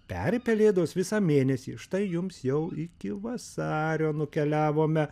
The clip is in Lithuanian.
peri pelėdos visą mėnesį štai jums jau iki vasario nukeliavome